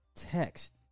text